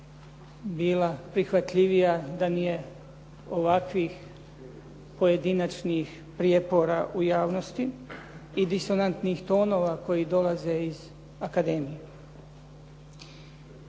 bila prihvatljivija da nije ovakvih pojedinačnih prijepora u javnosti i disonantnih tonova koji dolaze iz akademije.